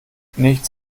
nichts